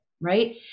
right